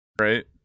Right